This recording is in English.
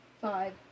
five